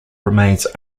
remains